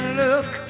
look